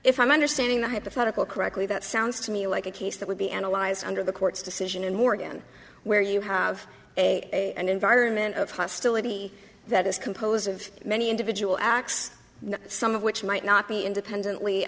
if i'm understanding the hypothetical correctly that sounds to me like a case that would be analyzed under the court's decision in morgan where you have a an environment of hostility that is composed of many individual acts some of which might not be independently